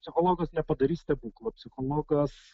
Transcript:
psichologas nepadarys stebuklo psichologas